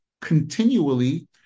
continually